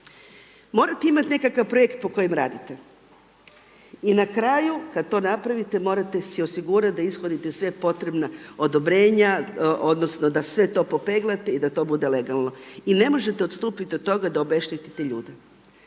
Morate imati nekakav projekt po kojem radite. I na kraju kada to napravite morate si osigurati da ishodite sva potrebna odobrenja, odnosno da sve to popeglate i da to bude legalno. I ne možete odstupiti od toga da obeštetite ljude.